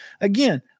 Again